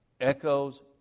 echoes